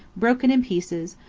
broken in pieces,